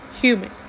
human